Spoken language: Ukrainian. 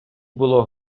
було